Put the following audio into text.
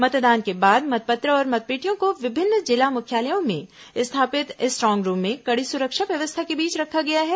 मतदान के बाद मतपत्र और मतपेटियों को विभिन्न जिला मुख्यालयों में स्थापित स्ट्रांग रूम में कड़ी सुरक्षा व्यवस्था के बीच रखा गया है